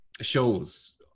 shows